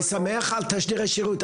אני שמח על תשדיר השירות.